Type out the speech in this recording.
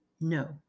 No